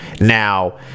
Now